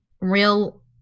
real